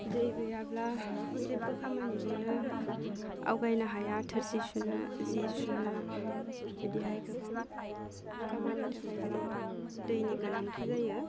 दै गैयाब्ला जेब्बो खामानिखौनो आवगायनो हाया थोरसि सुनो जि सुनो बिदिहाय गोबां खामानि थाखाय जोङो दैनि गोनांथि जायो